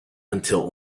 until